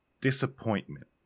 disappointment